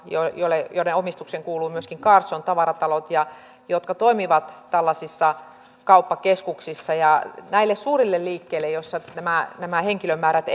jonka omistukseen kuuluvat myöskin carlson tavaratalot jotka toimivat tällaisissa kauppakeskuksissa näille suurille liikkeille joissa nämä nämä henkilömäärät